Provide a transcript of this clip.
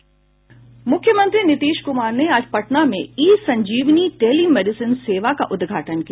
मुख्यमंत्री नीतीश कुमार ने आज पटना में ई संजीविनी टेलिमेडिसिन सेवा का उद्घाटन किया